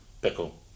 pickle